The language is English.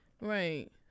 Right